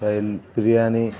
రొయ్యల బిర్యానీ